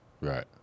Right